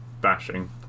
bashing